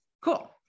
cool